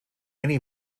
mini